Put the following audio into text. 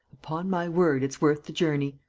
upon my word, it's worth the journey.